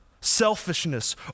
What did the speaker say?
selfishness